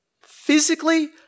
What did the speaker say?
Physically